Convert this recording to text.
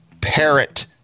parrot